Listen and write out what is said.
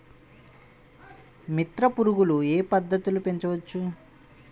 మిత్ర పురుగులు ఏ పద్దతిలో పెంచవచ్చు?